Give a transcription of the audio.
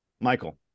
Michael